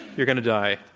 you're going to die,